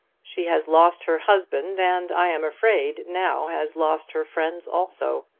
she has lost her husband, and, i am afraid, now has lost her friends also.